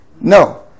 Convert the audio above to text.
No